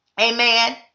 Amen